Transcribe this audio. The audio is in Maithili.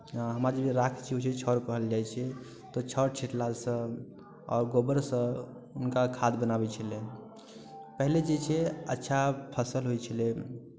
हमरा राख जे होइ छै छौर कहल जाइ छै तऽ छौर छिँटलासँ आओर गोबरसँ हुनका खाद बनाबै छलै पहिले जे छै अच्छा फसल होइत छलै